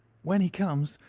when he comes,